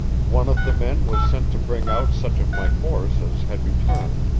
one of the men was sent to bring out such of my force as had returned,